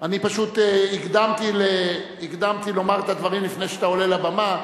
אני פשוט הקדמתי לומר את הדברים לפני שאתה עולה לבמה,